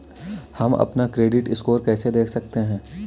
हम अपना credit score कैसे देख सकते हैं?